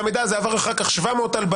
והמידע הזה עבר אחר כך 700 הלבנות,